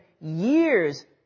years